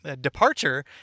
departure